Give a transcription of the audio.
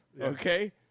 okay